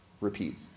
Repeat